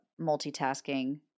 multitasking